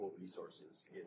resources